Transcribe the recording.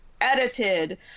edited